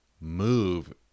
move